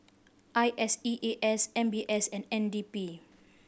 I S E A S M B S and N D P